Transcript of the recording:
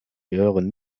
gehören